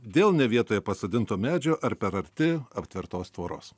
dėl ne vietoje pasodinto medžio ar per arti aptvertos tvoros